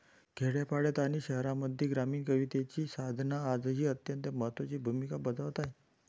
खेड्यापाड्यांत आणि शहरांमध्ये ग्रामीण कवितेची साधना आजही अत्यंत महत्त्वाची भूमिका बजावत आहे